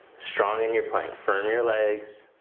strong in your plank, firm your legs.